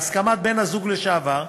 בהסכמת בן-הזוג לשעבר,